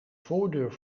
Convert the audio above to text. voordeur